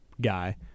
guy